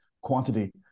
quantity